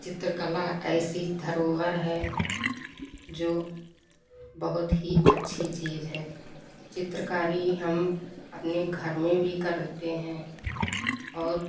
चित्रकला ऐसी धरोहर है जो बहुत ही अच्छी चीज़ है चित्रकारी हम अपने घर में भी करते हैं और